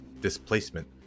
Displacement